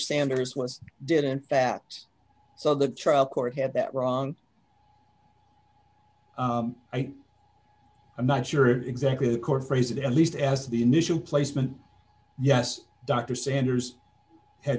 anders once did in fact so the trial court had that wrong i'm not sure exactly the court phrase it at least as the initial placement yes dr sanders had